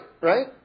right